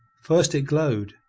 first it glowed,